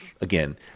again